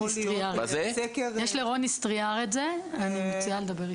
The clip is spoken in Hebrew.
יש לרוני סטיאר את זה, אני מציעה לדבר אתו.